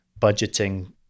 budgeting